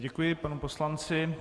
Děkuji panu poslanci.